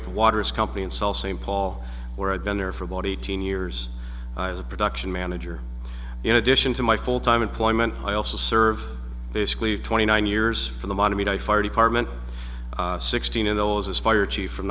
at the water's company in selfsame paul where i'd been there for about eighteen years as a production manager in addition to my full time employment i also served basically twenty nine years for the fire department sixteen of those as fire chief from